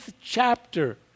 chapter